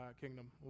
kingdom